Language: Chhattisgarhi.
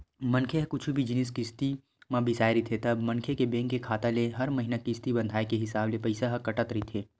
मनखे ह कुछु भी जिनिस किस्ती म बिसाय रहिथे ता मनखे के बेंक के खाता ले हर महिना किस्ती बंधाय के हिसाब ले पइसा ह कटत रहिथे